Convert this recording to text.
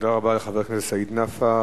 תודה רבה לחבר הכנסת סעיד נפאע.